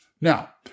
Now